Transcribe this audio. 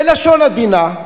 לשון עדינה.